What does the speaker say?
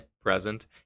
present